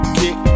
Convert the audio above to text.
kick